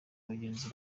bagenzi